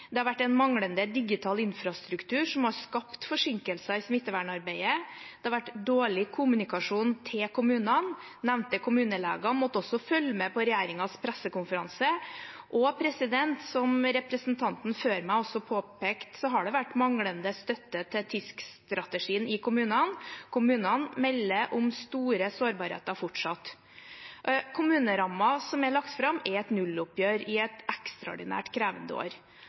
Det har vært en manglende digital infrastruktur, som har skapt forsinkelser i smittevernarbeidet. Det har vært dårlig kommunikasjon til kommunene. Nevnte kommuneleger måtte også følge med på regjeringens pressekonferanser, og som representanten før meg også påpekte, har det vært manglende støtte til TISK-strategien i kommunene. Kommunene melder om store sårbarheter fortsatt. Kommunerammen som er lagt fram, er et nulloppgjør i et ekstraordinært krevende år.